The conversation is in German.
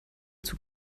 zug